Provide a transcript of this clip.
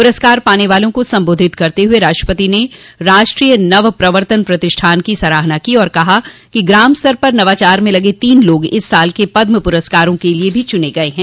पुरस्कार पाने वालों को संबोधित करते हुए राष्ट्रपति ने राष्ट्रीय नव प्रवर्तन प्रतिष्ठान को सराहना की और कहा कि ग्राम स्तर पर नवाचार में लगे तीन लोग इस साल के पदम पुरस्कारों के लिए भी चुने गये हैं